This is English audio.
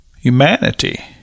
humanity